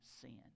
sin